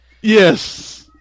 Yes